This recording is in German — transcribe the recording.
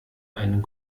einen